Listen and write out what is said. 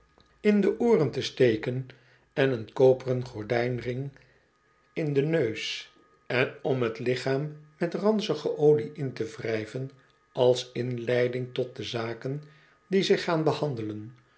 in de ooren te steken en een koperen gordljnring in den neus en om t lichaam mot ransige olie in te wrijven als inleiding tot de zaken die zij gaan behandelen